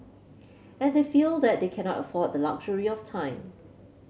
and they feel that they cannot afford the luxury of time